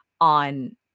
on